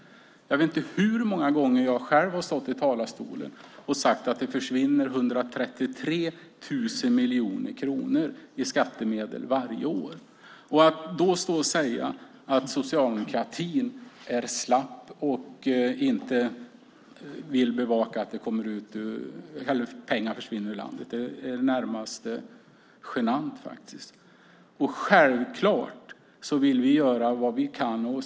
Jag vet inte hur många gånger jag själv har stått i talarstolen och sagt att det försvinner 133 000 miljoner kronor i skattemedel varje år. Att då stå och säga att socialdemokratin är slapp och inte vill bevaka att pengar försvinner ur landet är närmast genant. Självklart vill vi göra vad vi kan.